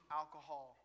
alcohol